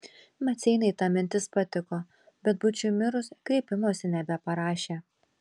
maceinai ta mintis patiko bet būčiui mirus kreipimosi nebeparašė